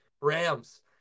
Rams